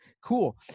cool